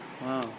Wow